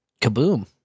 Kaboom